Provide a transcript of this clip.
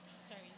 Sorry